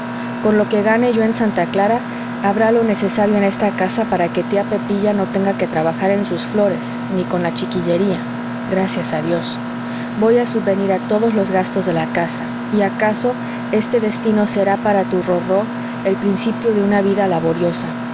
con lo que gane yo en santa clara habrá lo necesario en esta casa para que tía pepilla no tenga que trabajar en sus flores ni con la chiquillería gracias a dios voy a subvenir a todos los gastos de la casa y acaso este destino será para tu rorró el principio de una vida laboriosa